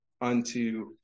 unto